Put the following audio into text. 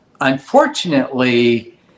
unfortunately